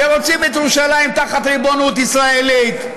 ורוצים את ירושלים תחת ריבונות ישראלית,